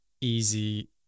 easy